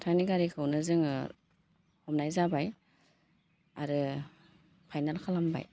नोंथांनि गारिखौनो जोङो हमनाय जाबाय आरो फाइनाल खालामबाय